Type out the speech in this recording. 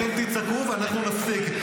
אתם תצעקו ואנחנו נפסיק.